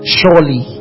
surely